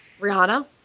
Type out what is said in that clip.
Rihanna